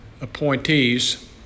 appointees